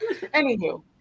Anywho